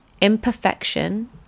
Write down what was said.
imperfection